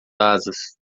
asas